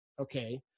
okay